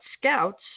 scouts